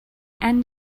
end